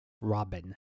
robin